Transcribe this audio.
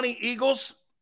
Eagles